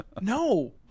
No